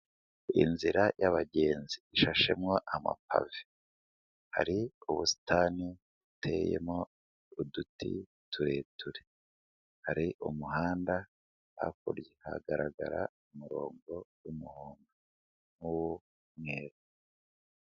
Inzira y'abagenzi, ishashemo amapave, hari ubusitani buteyemo uduti tureture, hari umuhanda, hakurya hagaragara umurongo w'umuhondo n'uw'umweru.